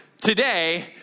today